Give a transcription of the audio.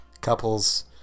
couples